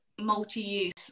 multi-use